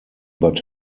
but